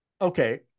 Okay